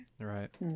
right